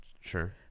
Sure